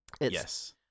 Yes